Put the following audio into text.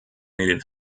needed